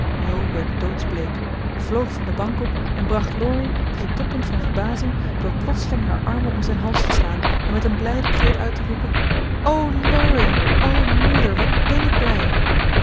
jo werd doodsbleek vloog van de bank op en bracht laurie tot het toppunt van verbazing door plotseling haar armen om zijn hals te slaan en met een blijden kreet uit te roepen o laurie o moeder wat ben ik blij